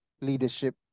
leadership